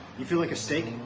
you feel like a steak?